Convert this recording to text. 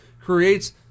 creates